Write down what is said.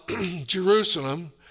Jerusalem